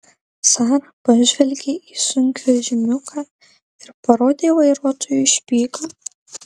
sara pažvelgė į sunkvežimiuką ir parodė vairuotojui špygą